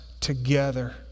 together